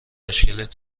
مشکلت